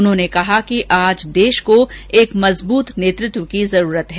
उन्होंने कहा कि आज देश को एक मजबूत नेतृत्व की जरूरत है